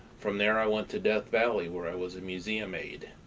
from there i went to death valley where i was a museum aide.